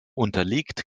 unterliegt